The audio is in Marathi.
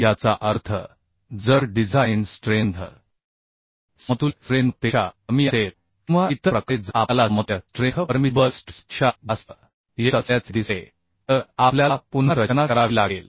याचा अर्थ जर डिझाइन स्ट्रेंथ समतुल्य स्ट्रेंथ पेक्षा कमी असेल किंवा इतर प्रकारे जर आपल्याला समतुल्य स्ट्रेंथ परमिसिबल स्ट्रेस पेक्षा जास्त येत असल्याचे दिसले तर आपल्याला पुन्हा रचना करावी लागेल